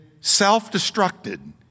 self-destructed